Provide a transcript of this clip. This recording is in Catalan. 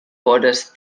vores